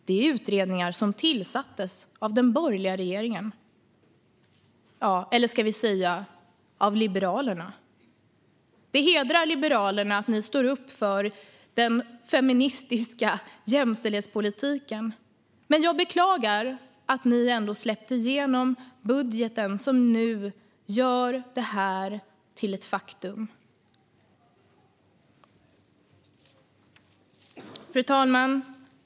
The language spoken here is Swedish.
Det är utredningar som tillsattes av den borgerliga regeringen, eller av Liberalerna, kanske vi ska säga. Det hedrar er i Liberalerna att ni står upp för den feministiska jämställdhetspolitiken. Men jag beklagar att ni ändå släppte igenom den budget som nu gör detta till ett faktum. Fru talman!